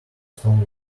stone